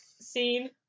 scene